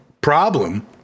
problem